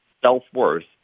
Self-worth